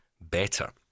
better